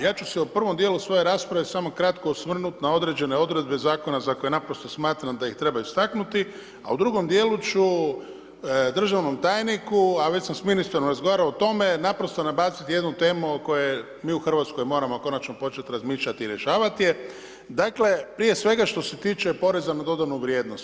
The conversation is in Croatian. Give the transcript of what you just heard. Ja ću se u prvom dijelu svoje rasprave, samo kratko osvrnuti, na određene odredbe zakona, za koje naprosto smatram da ih treba istaknuti, a u drugom dijelu ću državnom tajniku, a već sam s ministrom razgovarao o tome, naprosto nabaciti jednu temu o kojoj mi u Hrvatskoj, moramo konačno početi razmišljati i rješavati je, dakle, prije svega što se tiče poreza na dodanu vrijednost.